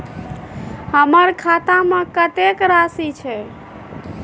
हमर खाता में कतेक राशि छै?